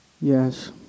Yes